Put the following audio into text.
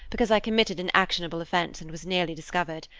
because i committed an actionable offense and was nearly discovered.